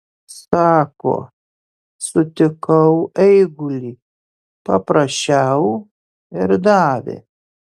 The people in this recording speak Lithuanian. sako sutikau eigulį paprašiau ir davė